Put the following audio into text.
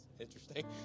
interesting